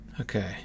Okay